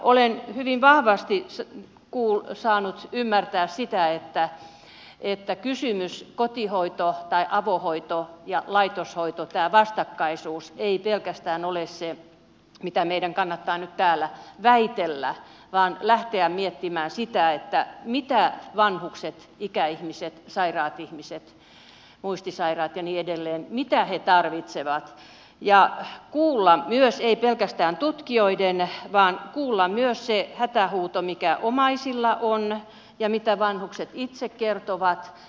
olen hyvin vahvasti saanut ymmärtää että kysymys koti avohoidosta ja laitoshoidosta tämä vastakkaisuus ei pelkästään ole se asia mistä meidän kannattaa täällä väitellä vaan on lähdettävä miettimään sitä mitä vanhukset ikäihmiset sairaat ihmiset muistisairaat ja niin edelleen tarvitsevat ja kuultava myös ei pelkästään tutkijoita vaan myös se hätähuuto mikä omaisilla on ja mitä vanhukset itse kertovat